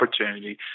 opportunity